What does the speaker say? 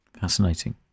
Fascinating